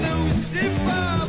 Lucifer